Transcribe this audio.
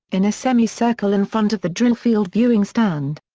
in a semicircle in front of the drillfield viewing stand.